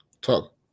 talk